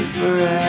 forever